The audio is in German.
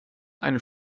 einen